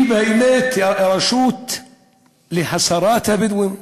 היא באמת הרשות להסרת הבדואים,